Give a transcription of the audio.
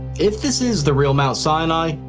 if this is the real mount sinai,